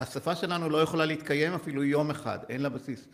השפה שלנו לא יכולה להתקיים אפילו יום אחד, אין לה בסיס.